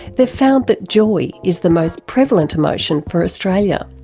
they've found that joy is the most prevalent emotion for australia.